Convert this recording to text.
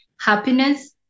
happiness